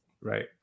Right